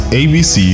abc